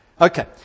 Okay